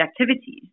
activities